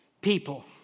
people